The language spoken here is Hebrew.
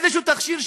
איזשהו תכשיר,